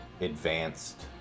advanced